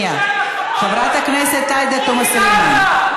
חברת הכנסת עאידה תומא סלימאן,